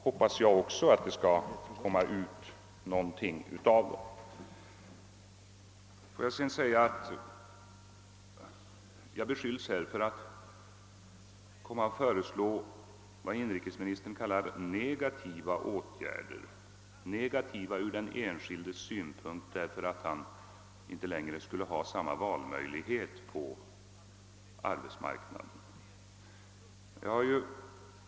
Även jag hoppas att det skall komma ut någonting av det. Jag beskylls för att föreslå vad inrikesministern kallar negativa åtgärder — negativa från den enskildes synpunkt, eftersom han inte längre skulle ha samma valmöjligheter på arbetsmarknaden.